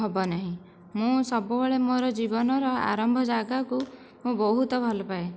ହେବନାହିଁ ମୁଁ ସବୁବେଳେ ମୋର ଜୀବନର ଆରମ୍ଭ ଜାଗାକୁ ମୁଁ ବହୁତ ଭଲପାଏ